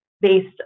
based